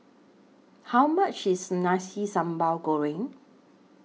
How much IS Nasi Sambal Goreng